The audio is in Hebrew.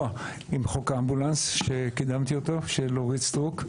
עם חוק האמבולנס של אורית סטרוק שקידמתי אותו.